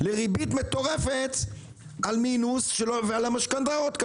לריבית מטורפת על מינוס ועל המשכנתאות,